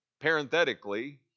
parenthetically